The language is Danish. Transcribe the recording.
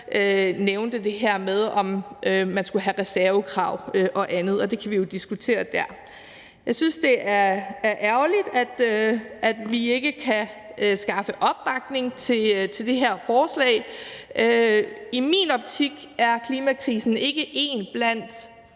nævnte det her med, om man skulle have reservekrav og andet, og det kan vi jo diskutere dér. Kl. 15:13 Jeg synes, at det er ærgerligt, at vi ikke kan skaffe opbakning til det her forslag. I min optik er klimakrisen ikke én blandt